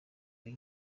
iyi